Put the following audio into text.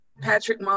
Patrick